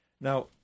Now